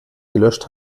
gelöscht